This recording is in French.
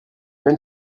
même